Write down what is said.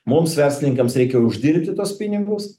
mums verslininkams reikia uždirbti tuos pinigus